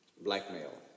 blackmail